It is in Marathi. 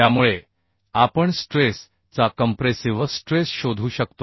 त्यामुळे आपण स्ट्रेस चा कंप्रेसिव्ह स्ट्रेस शोधू शकतो